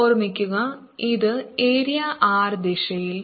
ഓർമ്മിക്കുക ഇത് area r ദിശയിൽ